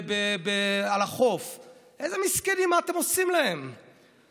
אבל איך אנחנו מתנהלים לאור הקורונה,